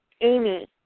Amy